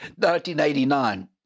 1989